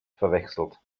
verwechselt